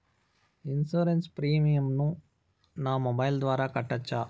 Insurance premium ను నా mobile ద్వారా కట్టొచ్చా?